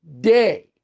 day